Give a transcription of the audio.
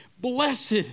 blessed